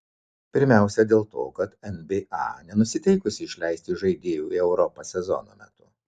pirmiausia dėl to kad nba nenusiteikusi išleisti žaidėjų į europą sezono metu